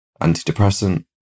antidepressant